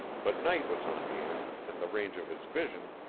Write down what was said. but night was on hand and the range of his vision,